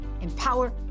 empower